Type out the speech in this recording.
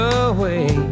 away